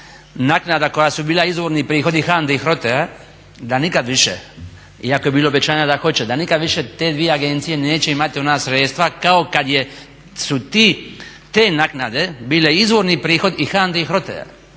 naknada koji su bili izvorni prihodi HANDA-e i HROTE-a da nikada više iako je bilo obećanja da hoće, da nikad više te dvije agencije neće imati ona sredstva kao kada su te naknade bili izvorni prihod i HANDA-e